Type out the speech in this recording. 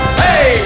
hey